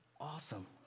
Awesome